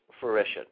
fruition